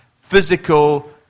physical